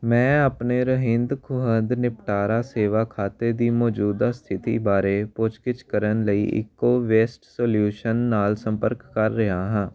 ਮੈਂ ਆਪਣੇ ਰਹਿੰਦ ਖੂੰਹਦ ਨਿਪਟਾਰਾ ਸੇਵਾ ਖਾਤੇ ਦੀ ਮੌਜੂਦਾ ਸਥਿਤੀ ਬਾਰੇ ਪੁੱਛਗਿੱਛ ਕਰਨ ਲਈ ਈਕੋ ਵੇਸਟ ਸੋਲਿਊਸ਼ਨ ਨਾਲ ਸੰਪਰਕ ਕਰ ਰਿਹਾ ਹਾਂ